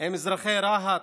עם אזרחי רהט,